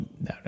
no